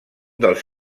dels